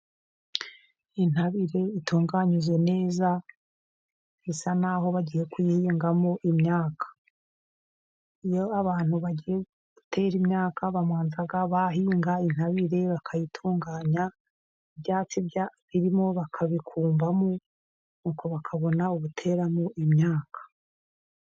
Intabire itunganyijwe neza bisa n'aho bagiye kuyihingamo imyaka. Iyo abantu bagiye gutera imyaka babanza bahinga intabire bakayitunganya, ibyatsi birimo bakabikuramo, ubwo bakabona ubuteramo imyaka.